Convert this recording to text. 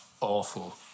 awful